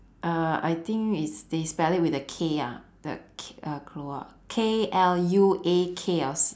uh I think it's they spell it with the K ah the k~ uh keluak K L U A K or s~